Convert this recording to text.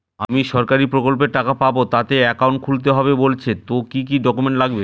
আমি সরকারি প্রকল্পের টাকা পাবো তাতে একাউন্ট খুলতে হবে বলছে তো কি কী ডকুমেন্ট লাগবে?